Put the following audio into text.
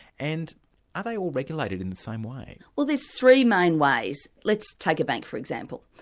and are they all regulated in the same way? well there's three main ways. let's take a bank, for example.